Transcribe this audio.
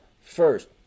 first